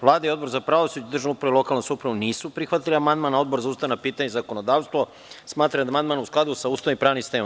Vlada i Odbor za pravosuđe, državnu upravu i lokalnu samoupravu nisu prihvatili amandman, a Odbor za ustavna pitanja i zakonodavstvo smatra da je amandman u skladu sa Ustavom i pravnim sistemom.